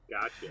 Gotcha